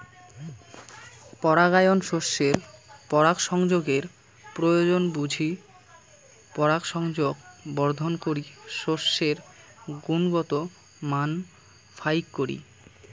পরাগায়ন শস্যের পরাগসংযোগের প্রয়োজন বুঝি পরাগসংযোগ বর্ধন করি শস্যের গুণগত মান ফাইক করি